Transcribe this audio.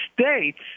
states